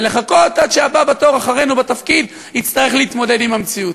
ולחכות עד שהבא בתור אחרינו בתפקיד יצטרך להתמודד עם המציאות.